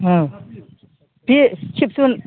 औ बि केबसुल